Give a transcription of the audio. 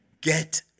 Get